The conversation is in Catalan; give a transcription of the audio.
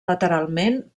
lateralment